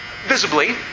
Visibly